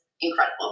incredible